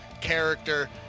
character